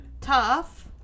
Tough